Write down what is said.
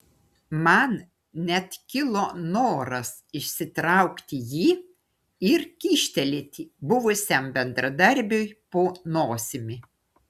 man net kilo noras išsitraukti jį ir kyštelėti buvusiam bendradarbiui po nosimi